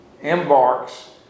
embarks